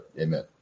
Amen